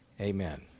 Amen